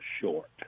short